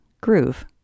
groove